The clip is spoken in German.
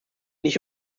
nicht